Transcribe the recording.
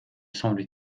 semble